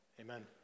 Amen